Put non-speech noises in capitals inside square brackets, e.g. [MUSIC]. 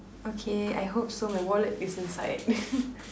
okay I hope so my wallet is inside [LAUGHS]